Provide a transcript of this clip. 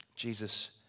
Jesus